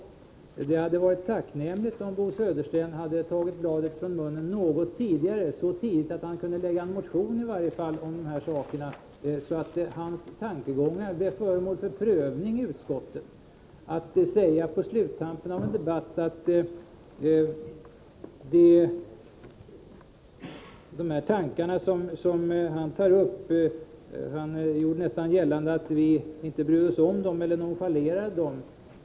Det hade varit tacknämligt om Bo Södersten hade tagit bladet från munnen något tidigare, så tidigt att han i varje fall hade kunnat lägga fram en motion om dessa saker, så att hans tankegångar hade blivit föremål för prövning i utskottet. Han gör nu i sluttampen av debatten nästan gällande att vi inte bryr oss om eller att vi nonchalerar de tankar han tar upp.